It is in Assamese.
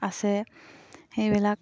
আছে সেইবিলাক